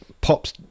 pop's